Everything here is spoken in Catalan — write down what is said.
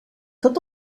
tot